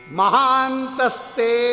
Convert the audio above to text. Mahantaste